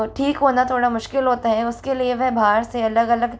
ठीक होना थोड़ा मुश्किल होता है उसके लिए वह बाहर से अलग अलग